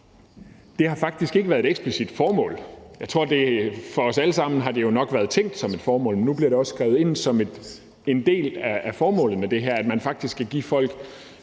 har faktisk ikke været et eksplicit formål. Jeg tror, at det for os alle sammen nok har været tænkt som et formål, men nu bliver det også skrevet ind som en del af formålet med det her, altså at man faktisk kan give folk